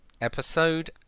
episode